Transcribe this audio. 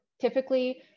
Typically